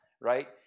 right